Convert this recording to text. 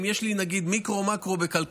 אם יש לי מיקרו-מקרו בכלכלה,